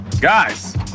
Guys